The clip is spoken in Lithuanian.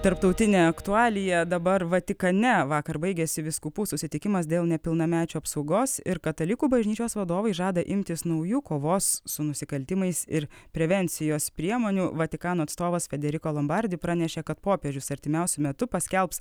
tarptautinė aktualija dabar vatikane vakar baigėsi vyskupų susitikimas dėl nepilnamečių apsaugos ir katalikų bažnyčios vadovai žada imtis naujų kovos su nusikaltimais ir prevencijos priemonių vatikano atstovas kaderiko lombardi pranešė kad popiežius artimiausiu metu paskelbs